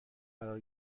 قرار